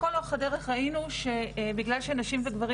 לכל אורך הדרך ראינו שבגלל שנשים וגברים